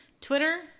Twitter